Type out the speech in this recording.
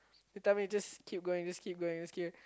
he tell me just keep going just keep going just keep